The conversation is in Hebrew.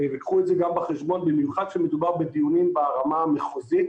וקחו את זה בחשבון במיוחד כשמדובר בדיונים ברמה המחוזית.